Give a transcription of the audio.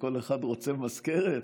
שכל אחד רוצה מזכרת.